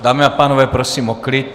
Dámy a pánové, prosím o klid.